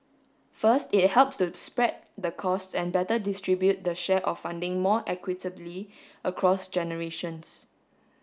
first it helps to spread the costs and better distribute the share of funding more equitably across generations